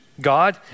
God